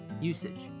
Usage